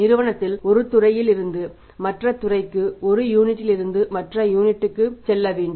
நிறுவனத்தில் 1 துறையிலிருந்து மற்ற துறைக்கு 1 யூனிட்டிலிருந்து மற்ற யூனிட்டுக்கு செல்ல வேண்டும்